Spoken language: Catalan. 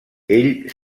ell